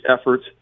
efforts